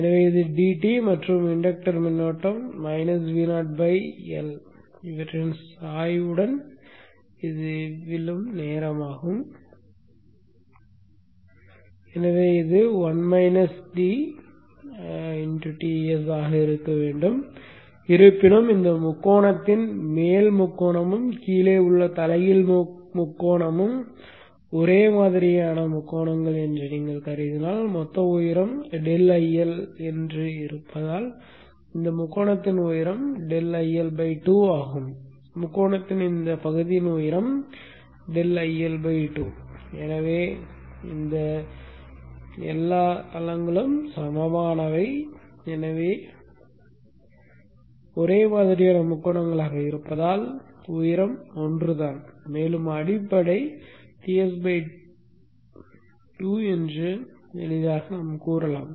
எனவே இது dt மற்றும் இன்டக்டர் மின்னோட்டம் மைனஸ் Vo L இன் சாய்வுடன் விழும் நேரமாகும் எனவே இது 1-d Ts ஆக இருக்க வேண்டும் இருப்பினும் இந்த முக்கோணத்தின் மேல் முக்கோணமும் கீழே உள்ள தலைகீழ் முக்கோணமும் ஒரே மாதிரியான முக்கோணங்கள் என்று நீங்கள் கருதினால் மொத்த உயரம் ∆IL ஆக இருப்பதால் இந்த முக்கோணத்தின் உயரம் ∆IL 2 ஆகும் முக்கோணத்தின் இந்த பகுதியின் உயரம் ∆IL 2 எனவே தளங்களும் சமமானவை ஏனெனில் அவை ஒரே மாதிரியான முக்கோணங்களாக இருப்பதால் உயரம் ஒன்றுதான் மேலும் அடிப்படை Ts 2 என்று எளிதாகக் கூறலாம்